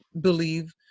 believe